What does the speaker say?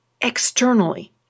externally